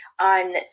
on